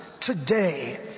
today